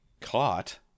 caught